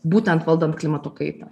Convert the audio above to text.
būtent valdant klimato kaitą